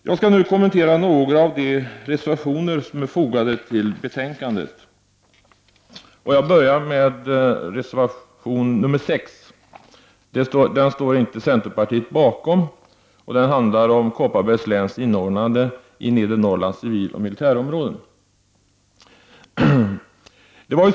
Jag skall nu kommentera några av de reservationer som är fogade till betänkandet och börjar med reservation 6. Den står inte centerpartiet bakom, och den handlar om Kopparbergs läns inordnande i Nedre Norrlands civiloch militärområde.